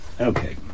okay